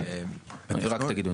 כן רק תגידו.